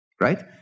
right